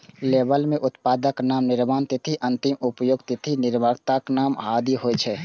label मे उत्पादक नाम, निर्माण तिथि, अंतिम उपयोगक तिथि, निर्माताक नाम आदि होइ छै